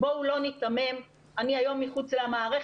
בואו לא ניתמם, אני היום מחוץ למערכת.